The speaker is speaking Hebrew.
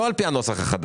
לא על פי הנוסח החדש.